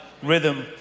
rhythm